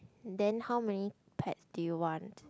then how many pets do you want